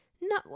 No